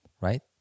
right